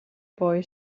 boy